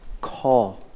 call